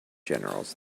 generals